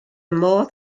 modd